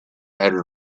hundred